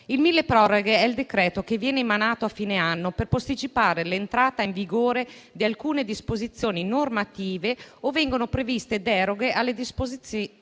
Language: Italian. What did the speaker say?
Il decreto milleproroghe viene emanato a fine anno per posticipare l'entrata in vigore di alcune disposizioni normative o per prevedere deroghe alle disposizioni